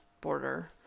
border